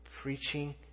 Preaching